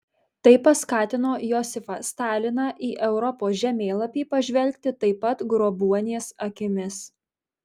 tai paskatino josifą staliną į europos žemėlapį pažvelgti taip pat grobuonies akimis